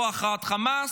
לא הכרעת חמאס,